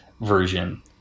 version